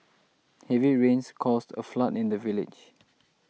heavy rains caused a flood in the village